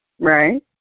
right